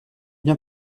bien